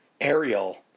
Ariel